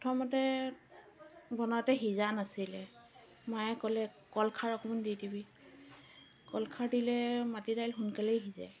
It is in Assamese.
পথমতে বনাওঁতে সিজা নাছিলে মায়ে ক'লে কলখাৰ অকণমান দি দিবি কলখাৰ দিলে মাটিদাইল সোনকালে সিজে